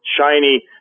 shiny